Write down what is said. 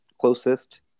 Closest